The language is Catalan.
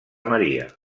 maria